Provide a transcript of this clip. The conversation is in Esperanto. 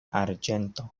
arĝento